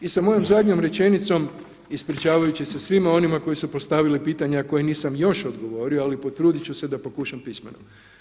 I sa mojom zadnjom rečenicom ispričavajući se svima onima koji su postavili pitanja koja nisam još odgovorio, ali potrudit ću se da pokušam pismeno.